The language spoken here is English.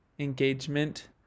engagement